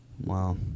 Wow